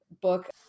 book